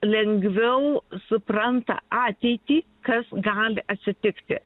lengviau supranta ateitį kas gali atsitikti